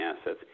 assets